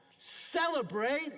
celebrate